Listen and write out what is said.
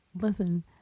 Listen